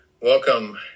Welcome